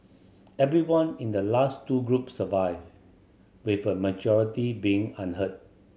everyone in the last two groups survived with a majority being unhurt